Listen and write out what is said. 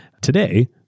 Today